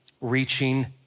reaching